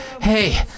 hey